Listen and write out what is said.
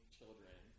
Children